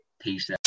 peace